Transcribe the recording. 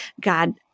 God